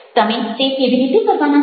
તમે તે કેવી રીતે કરવાના છો